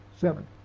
Seven